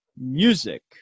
music